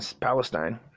Palestine